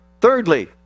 Thirdly